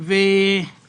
וזה